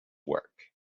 work